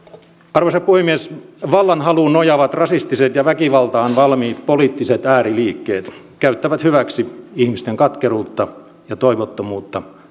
arvoisa puhemies vallanhaluun nojaavat rasistiset ja väkivaltaan valmiit poliittiset ääriliikkeet käyttävät hyväksi ihmisten katkeruutta ja toivottomuutta